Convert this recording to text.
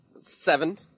seven